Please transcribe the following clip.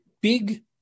big